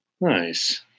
Nice